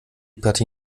partie